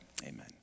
Amen